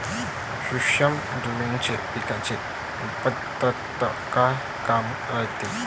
सूक्ष्म द्रव्याचं पिकाच्या उत्पन्नात का काम रायते?